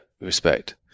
respect